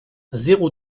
zéro